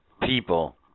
people